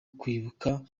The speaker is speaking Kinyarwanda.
kwibuka